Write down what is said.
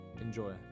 Enjoy